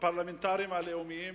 הפרלמנטרים הלאומיים